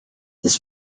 this